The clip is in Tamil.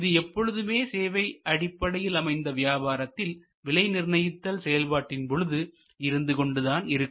இது எப்பொழுதுமே சேவை அடிப்படையில் அமைந்த வியாபாரத்தில் விலை நிர்ணயித்தல் செயல்பாட்டின் பொழுது இருந்து கொண்டுதான் இருக்கும்